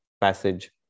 passage